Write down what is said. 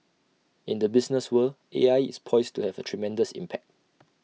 in the business world A I is poised to have A tremendous impact